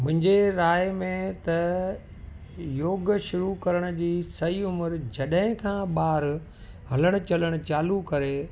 मुंहिंजे राइ में त योग शुरू करण जी सही उमिरि जॾहिं खां ॿार हलणु चलणु चालू करे